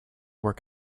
work